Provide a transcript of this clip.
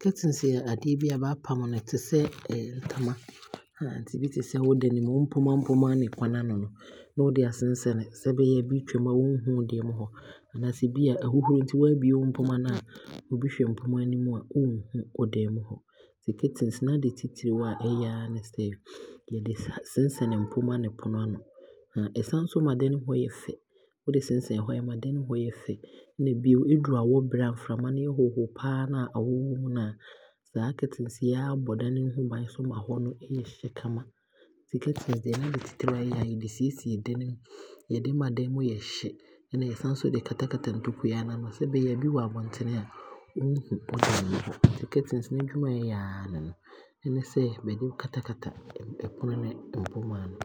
curtains yɛ adeɛ bi a baapam no te sɛ ntoma nti bi te sɛ wodane mu, wo mpoma ne kwane ano no ne wode aasensɛne, sɛ ɛbɛyɛ a bi retwam mu a ɔnhunu nea ɛwɔ dane ne mu hɔ, anaasɛ bi a ahuhuro nti waabie wo mpoma he a, obi hwɛ mpoma he mu a ɔnhunu wo dane mu hɔ. Nti curtains naadeɛ titire a ɛyɛ aa ne sɛ yɛde sensɛne mpoma ne pono aano. Ɛsane nso ma dane mu hɔ yɛ fɛ. Wode sensɛne hɔ a ɛma dane mu hɔ yɛ fɛ. Nna bio, ɛduru awɔ berɛ a mframa he yɛ hwoo hwoo paa a, awɔ wɔ mu no a, saa curtains yi aa bɔ dane mu hɔ bane ma hɔ no yɛ hye a ɛyɛ kama. Nti curtains deɛ naade titire a ɛyɛ aa ne sɛ yɛde siesie dane mu, yɛde ma dane mu yɛ hye, ɛna yɛsan so de kata kata ntokua no ano sɛnea ɛbɛyɛ a obi wɔ abɔntene a ɔnhunu dane mu hɔ. Curtains n'adwuma a ɛyɛ aa ne no, ɛne sɛ yɛde kata kata ɛpono ne mpoma ano.